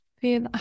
feel